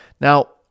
Now